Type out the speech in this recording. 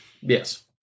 Yes